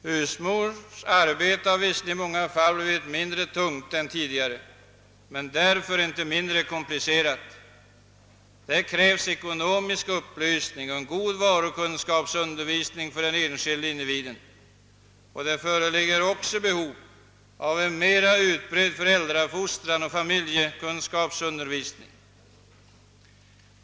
Husmorsarbetet har visserligen i många fall blivit mindre tungt än tidigare men därför inte mindre komplicerat. Det krävs ekonomisk upplysning och en god varukunskapsundervisning för den enskilde individen och det föreligger också behov av en mer utbredd föräldraoch familjekunskapsundervisning.